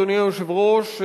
אדוני היושב-ראש,